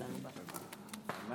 השרה ברביבאי,